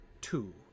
two